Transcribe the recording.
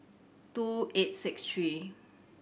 two eight six three